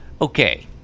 Okay